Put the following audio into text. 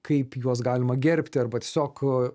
kaip juos galima gerbti arba tiesiog